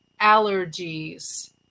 allergies